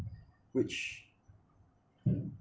which